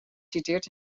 citeert